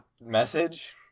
message